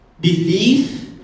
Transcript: belief